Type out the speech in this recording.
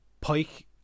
Pike